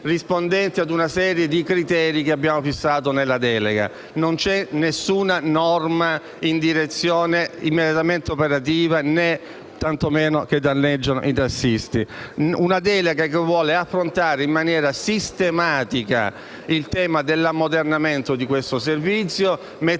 rispondenti a una serie di criteri che abbiamo fissato nella delega. Non c'è alcuna norma immediatamente operativa, né tanto meno che danneggia i tassisti. C'è una delega che vuole affrontare in maniera sistematica il tema dell'ammodernamento di questo servizio, mettendo